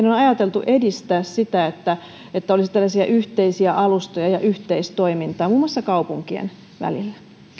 on ajateltu edistää sitä että että olisi tällaisia yhteisiä alustoja ja yhteistoimintaa muun muassa kaupunkien välillä